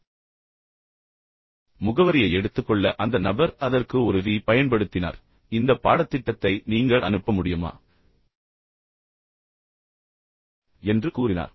ஆனால் எனது முகவரியை எடுத்துக்கொள்ள அந்த நபர் இதை அதற்கு ஒரு ரீ என்று பயன்படுத்தினார் ஆனால் இந்த பாடத்திட்டத்தை நீங்கள் அனுப்ப முடியுமா என்று கூறினார்